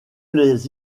les